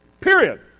period